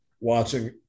watching